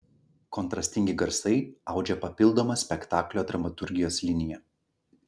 kontrastingi garsai audžia papildomą spektaklio dramaturgijos liniją